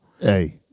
Hey